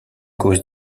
cause